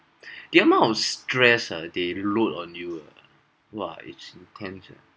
the amount of stress ah they load on you ah !wah! it's intense ah